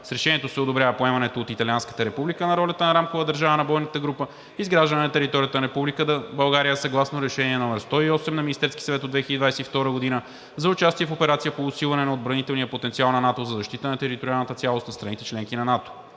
С Решението се одобрява поемането от Италианската република на ролята на Рамкова държава на бойната група, изграждане на територията на Република България съгласно Решение № 108 на Министерския съвет от 2022 г. за участие в операция по усилване на отбранителния потенциал на НАТО за защита на териториалната цялост на страните – членки на НАТО.